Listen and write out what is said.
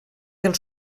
del